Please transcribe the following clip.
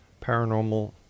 Paranormal